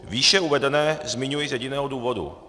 Výše uvedené zmiňuji z jediného důvodu.